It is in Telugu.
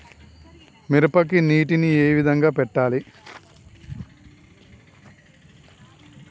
మిరపకి నీటిని ఏ విధంగా పెట్టాలి?